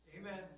Amen